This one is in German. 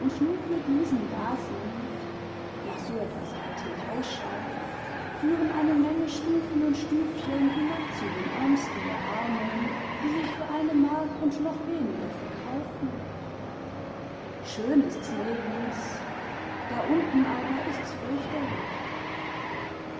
nur für diesen da sind nach so etwas halte ich ausschau führen eine menge stufen und stüfchen hinab zu den ärmsten der armen die sich für eine mark und noch weniger verkaufen schön ist's nirgends da unten aber ist's fürchterlich